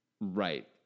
Right